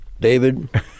David